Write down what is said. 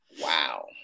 Wow